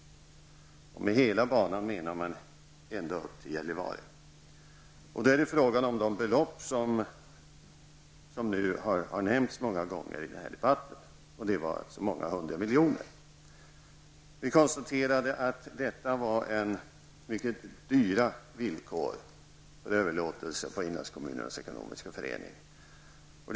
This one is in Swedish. Med hela banan avsåg man banan ända upp till Gällivare. Det blir då fråga om ett belopp på flera hundra miljoner. Vi konstaterade att med dessa villkor skulle en överlåtelse av inlandsbanan till Inlandskommunerna Ekonomiska Förening ställa sig mycket dyrbar.